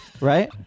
right